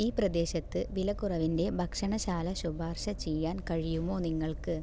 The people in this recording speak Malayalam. ഈ പ്രദേശത്ത് വിലക്കുറവിൻ്റെ ഭക്ഷണശാല ശുപാർശ ചെയ്യാൻ കഴിയുമോ നിങ്ങൾക്ക്